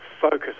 focus